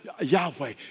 Yahweh